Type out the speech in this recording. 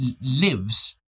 lives